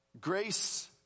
grace